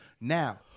Now